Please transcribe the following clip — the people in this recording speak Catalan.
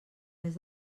més